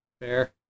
fair